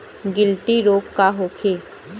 गिलटी रोग का होखे?